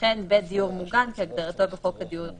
וכן בית דיור מוגן כהגדרתו בחוק הדיור המוגן.